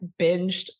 binged